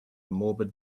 morbid